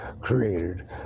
created